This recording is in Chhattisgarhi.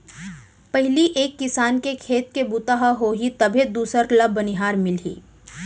पहिली एक किसान के खेत के बूता ह होही तभे दूसर ल बनिहार मिलही